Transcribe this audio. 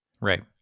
Right